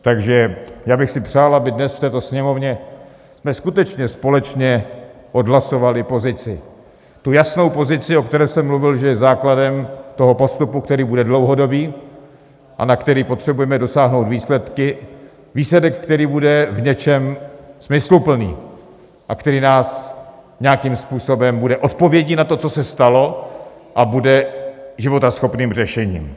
Takže já bych si přál, abychom dnes v této Sněmovně skutečně společně odhlasovali pozici, tu jasnou pozici, o které jsem mluvil, že je základem toho postupu, který bude dlouhodobý a na který potřebujeme dosáhnout výsledek, který bude v něčem smysluplný a který nějakým způsobem bude odpovědí na to, co se stalo, a bude životaschopným řešením.